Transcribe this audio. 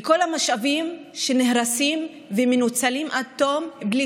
לכל המשאבים שנהרסים ומנוצלים עד תום בלי